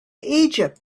egypt